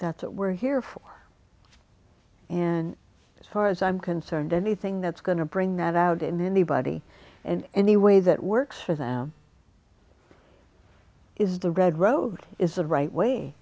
that's what we're here for and as far as i'm concerned anything that's going to bring that out in anybody and any way that works for them is the red road is the right way